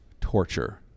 torture